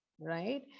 right